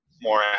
more